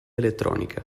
elettronica